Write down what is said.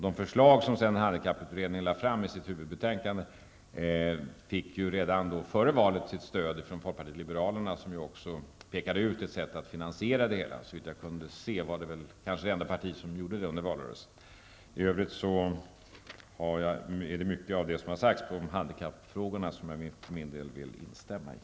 De förslag som handikapputredningen sedan lade fram i sitt huvudbetänkande fick stöd redan före valet från folkpartiet liberalerna som också har pekat ut ett sätt att finansiera det hela. Såvitt jag kunde se var det det enda parti som gjorde det under valrörelsen. I övrigt är det mycket som har sagts om handikappfrågorna som jag för min del vill instämma i.